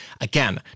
Again